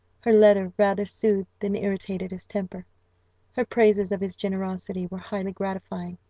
her letter rather soothed than irritated his temper her praises of his generosity were highly gratifying,